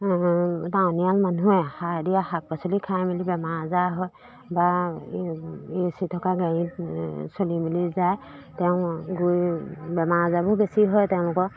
টাউনিয়াল মানুহে সাৰ দিয়া শাক পাচলি খাই মেলি বেমাৰ আজাৰ হয় বা এ চি থকা গাড়ীত চলি মেলি যায় তেওঁ গৈ বেমাৰ আজাৰবো বেছি হয় তেওঁলোকৰ